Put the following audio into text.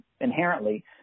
inherently